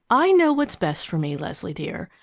i know what is best for me, leslie dear.